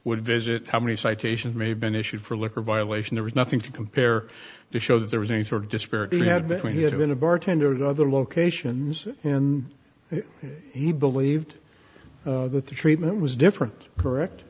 would visit how many citations may have been issued for liquor violation there was nothing to compare to show there was any sort of disparity he had between he had been a bartender at other locations and he believed that the treatment was different correct